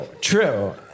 true